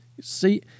See